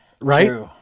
Right